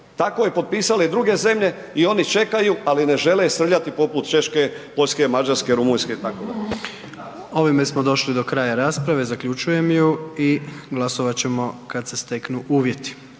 tako je potpisale i druge zemlje i oni čekaju, ali ne želje srljati poput Češke, Poljske, Mađarske, Rumunjske itd. **Jandroković, Gordan (HDZ)** Ovime smo došli do kraja rasprave, zaključujem ju i glasovat ćemo kad se steknu uvjeti.